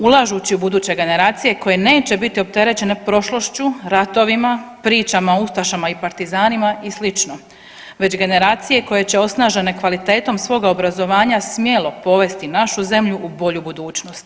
Ulažući u buduće generacije koje neće biti opterećene prošlošću, ratovima, pričama o ustašama i partizanima i slično već generacije koje će osnažene kvalitetom svoga obrazovanja smjelo povesti našu zemlju u bolju budućnost.